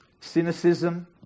Cynicism